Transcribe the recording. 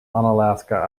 unalaska